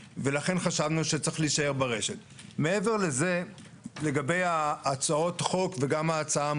לכן אם נקבע שהעובי של השקית הוא כל שקית מעל 20 מיקרון